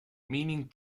meaning